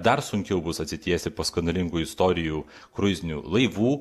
dar sunkiau bus atsitiesti po skandalingų istorijų kruizinių laivų